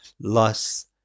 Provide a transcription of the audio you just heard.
loss